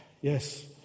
Yes